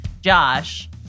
Josh